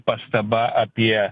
pastaba apie